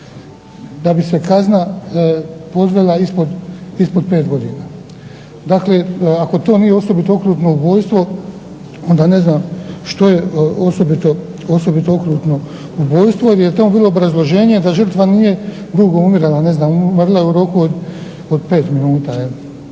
da bi se kazna … ispod 5 godina. Dakle, ako to nije osobito okrutno ubojstvo onda ne znam što je osobito okrutno ubojstvo jer je to bilo obrazloženje da žrtva nije grubo umirala, ne znam umrla je u roku od 5 minuta